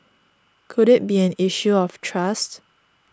could it be an issue of trust